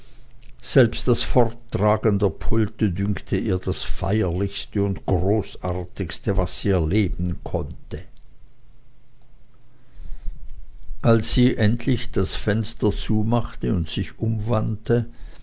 selbst das forttragen der pulte dünkte ihr das feierlichste und großartigste was sie erleben konnte als sie endlich das fenster zumachte und sich umwandte